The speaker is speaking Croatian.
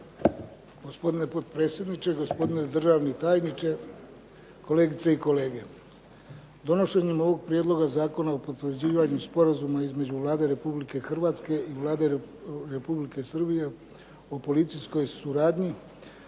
Gospodine potpredsjedniče, gospodine državni tajniče, kolegice i kolege. Donošenjem ovog Prijedloga zakona o potvrđivanju Sporazuma između Vlade Republike Hrvatske i Vlade Republike Srbije o policijskoj suradnji